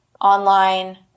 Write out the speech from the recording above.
online